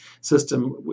system